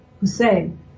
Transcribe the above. Hussein